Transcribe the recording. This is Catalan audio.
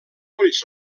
ulls